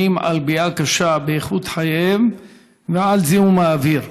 על פגיעה קשה באיכות חייהם ועל זיהום האוויר.